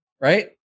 Right